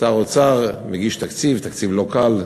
שר אוצר מגיש תקציב, תקציב לא קל,